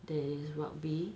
there is rugby